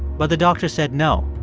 but the doctor said no.